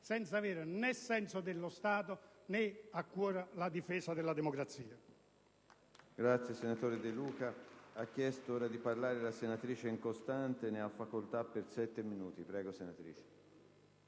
senza avere senso dello Stato, né a cuore la difesa della democrazia.